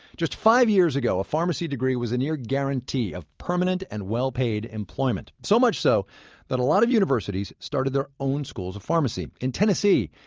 just five years ago, a pharmacy degree was a near guarantee of permanent and well-paid employment. so much so that a lot of universities started their own schools of pharmacy. in tennessee,